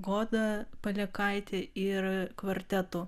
goda palekaitė ir kvartetu